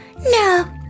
no